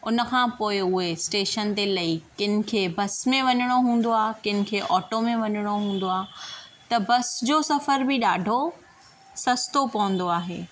उनखां पोइ उहे स्टेशन ते लही किनखे बस में वञणो हूंदो आहे किनखे ऑटो में वञणो हूंदो आहे त बस जो सफ़र बि ॾाढो सस्तो पवंदो आहे